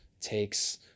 takes